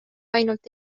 ainult